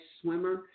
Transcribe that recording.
swimmer